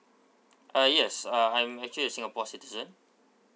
uh yes uh I'm actually a singapore citizen